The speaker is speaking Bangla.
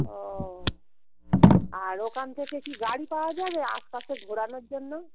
ও আর ওখান থেকে কি গাড়ি পাওয়া যাবে আশপাশে ঘোরানোর জন্য